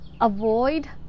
avoid